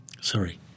Sorry